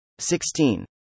16